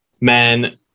men